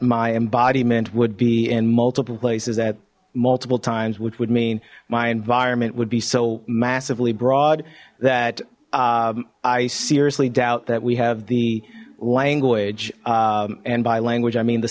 my embodiment would be in multiple places at multiple times which would mean my environment would be so massively broad that i seriously doubt that we have the language and by language i mean the